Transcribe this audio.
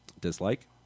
Dislike